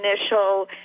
initial